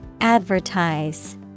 Advertise